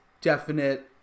definite